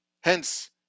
Hence